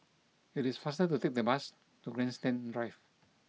it is faster to take the bus to Grandstand Drive